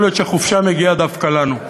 יכול להיות שהחופשה מגיעה דווקא לנו.